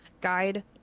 guide